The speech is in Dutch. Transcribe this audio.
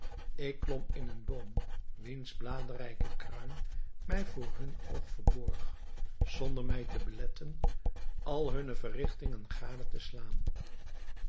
ik klom in een boom wiens bladrijke kruin mij voor hun oog verborg zonder mij te beletten al hunne verrigtingen gade te slaan